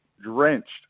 drenched